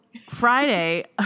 Friday